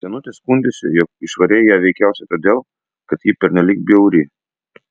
senutė skundėsi jog išvarei ją veikiausiai todėl kad ji pernelyg bjauri